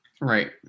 Right